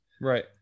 Right